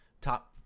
top